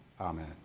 Amen